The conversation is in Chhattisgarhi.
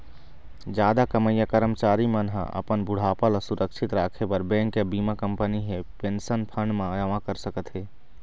जादा कमईया करमचारी मन ह अपन बुढ़ापा ल सुरक्छित राखे बर बेंक या बीमा कंपनी हे पेंशन फंड म जमा कर सकत हे